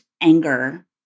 anger